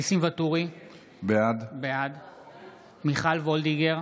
אינה נוכחת ניסים ואטורי, בעד מיכל מרים וולדיגר,